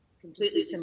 completely